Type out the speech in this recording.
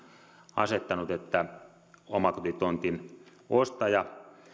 asettanut että omakotitontin ostaja